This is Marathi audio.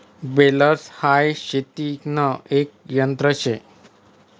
बेलर हाई शेतीन एक यंत्र शे